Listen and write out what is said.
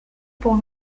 pour